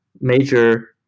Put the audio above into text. major